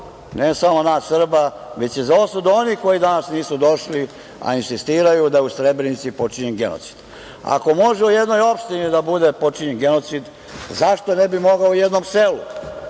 ne samo nas Srba, već i za osudu onih koji danas nisu došli, a insistiraju da je u Srebrenici počinjen genocid. Ako može u jednoj opštini da bude počinjen genocid, zašto ne bi mogao u jednom selu,